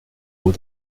aux